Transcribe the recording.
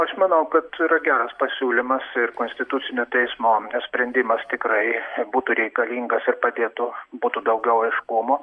aš manau kad yra geras pasiūlymas ir konstitucinio teismo sprendimas tikrai būtų reikalingas ir padėtų būtų daugiau aiškumo